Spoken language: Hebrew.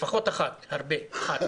לפחות אחת הרבה, אחת